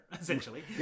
essentially